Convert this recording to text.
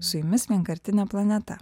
su jumis vienkartinė planeta